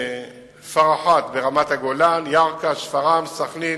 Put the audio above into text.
פרחאת ברמת-הגולן, ירכא, שפרעם, סח'נין,